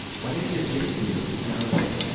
why didn't he just give it to you? and i was like,